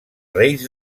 reis